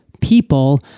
people